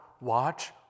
watch